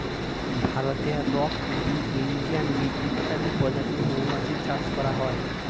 ভারতে rock bee, Indian bee ইত্যাদি প্রজাতির মৌমাছি চাষ করা হয়